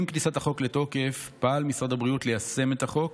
עם כניסת החוק לתוקף פעל משרד הבריאות ליישם את החוק.